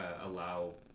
allow